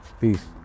Peace